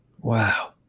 Wow